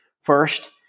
First